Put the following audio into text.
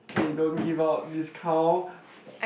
they don't give out discount